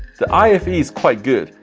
the ife is quite good.